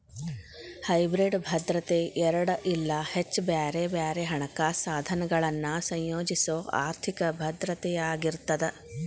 hybrid ಭದ್ರತೆ ಎರಡ ಇಲ್ಲಾ ಹೆಚ್ಚ ಬ್ಯಾರೆ ಬ್ಯಾರೆ ಹಣಕಾಸ ಸಾಧನಗಳನ್ನ ಸಂಯೋಜಿಸೊ ಆರ್ಥಿಕ ಭದ್ರತೆಯಾಗಿರ್ತದ